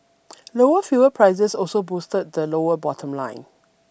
lower fuel prices also boosted the lower bottom line